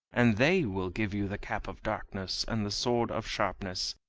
and they will give you the cap of darkness and the sword of sharpness,